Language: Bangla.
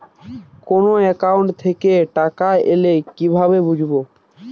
কোন একাউন্ট থেকে টাকা এল কিভাবে বুঝব?